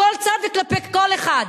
מכל צד וכלפי כל אחד.